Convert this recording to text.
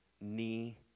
knee